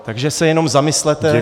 Takže se jenom zamyslete.